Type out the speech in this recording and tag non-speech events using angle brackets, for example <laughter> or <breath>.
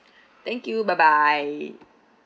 <breath> thank you bye bye